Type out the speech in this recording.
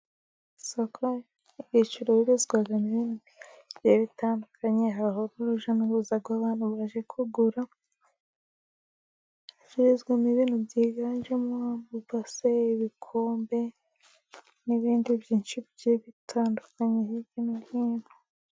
Isoko ricururizwamo ibintu bigiye bitandukanye. Hariho urujya n'uruza rw'abantu baje kugura. Ricururizwamo ibintu byiganjemo ibase, ibikombe n'ibindi byinshi bigiye bitandukanye hirya no hino.